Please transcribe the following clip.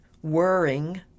whirring